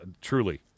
truly